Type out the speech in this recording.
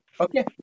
Okay